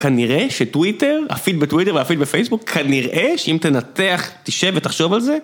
כנראה שטוויטר, הפיד בטוויטר והפיד בפייסבוק, כנראה שאם תנתח תשב ותחשוב על זה.